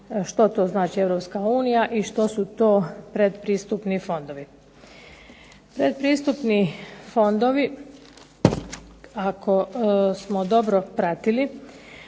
što to znači EU i što su to pretpristupni fondovi. Pretpristupni fondovi ako smo dobro pratili